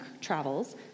travels